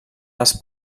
les